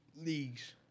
leagues